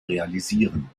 realisieren